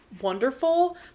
wonderful